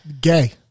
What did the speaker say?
gay